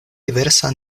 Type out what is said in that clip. diversa